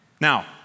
Now